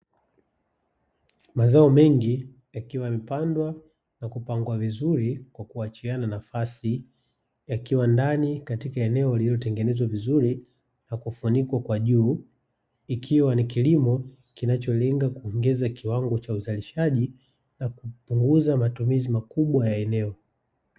Mazao mengi yakiwa yamepandwa na kupangwa vizuri kwa kuachiana nafasi. Yakiwa ndani katika eneo lililotengenezwa vizuri na kufunikwa kwa juu, ikiwa ni kilimo kinacho lenga kuongeza kiwango cha uzalishaji na kupunguza matumizi makubwa ya eneo.